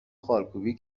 خالکوبی